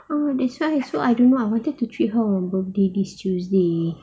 ah that's why so I don't know I wanted to treat her on her birthday this tuesday